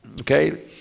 Okay